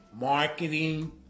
marketing